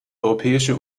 europäische